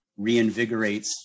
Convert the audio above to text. reinvigorates